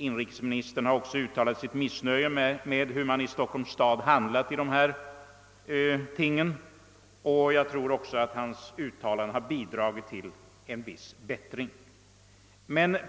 Inrikesministern har också uttalat sitt missnöje med det sätt på vilket man i Stockholms stad har handlat i dessa frågor, och jag tror att hans uttalande har bidragit till en viss bättring.